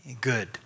good